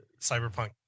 cyberpunk